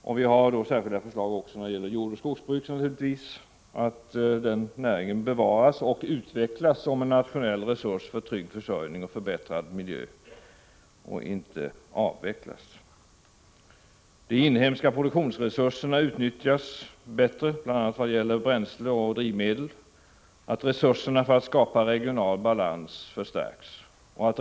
Också beträffande jordoch skogsbruk har vi lagt fram särskilda förslag. Vi föreslår att näringen skall bevaras och utvecklas som en nationell resurs för en tryggad försörjning och en förbättring av miljön, och inte avvecklas. De inhemska produktionsresurserna bör utnyttjas bättre, bl.a. i vad gäller bränsle och drivmedel, och resurserna för bevarande av regional balans bör förstärkas.